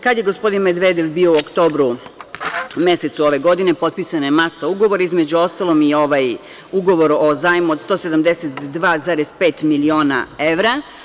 Kada je gospodin Medvedev bio u oktobru mesecu ove godine, potpisana je masa ugovora, između ostalog i ovaj ugovor o zajmu o 172,5 miliona evra.